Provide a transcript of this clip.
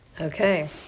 okay